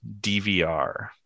DVR